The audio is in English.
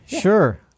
sure